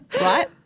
Right